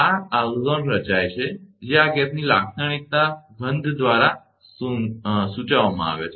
આ ઓઝોન રચાય છે જે આ ગેસની લાક્ષણિકતા ગંધ દ્વારા સૂચવવામાં આવે છે